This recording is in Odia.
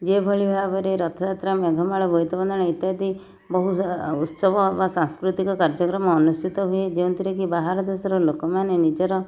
ଯେଭଳି ଭାବରେ ରଥଯାତ୍ରା ମେଘମାଳ ବୋଇତ ବନ୍ଦାଣ ଇତ୍ୟାଦି ବହୁ ଉତ୍ସବ ବା ସାଂସ୍କୃତିକ କାର୍ଯ୍ୟକ୍ରମ ଅନୁଷ୍ଟିତ ହୁଏ ଯେଉଁ ଥିରେ କି ବାହାର ଦେଶର ଲୋକମାନେ ନିଜର